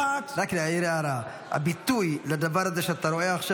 רק להעיר הערה: הביטוי לדבר הזה שאתה רואה עכשיו,